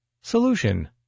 Solution